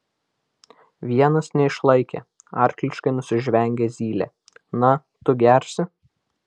vienas neišlaikė arkliškai nusižvengė zylė na tu gersi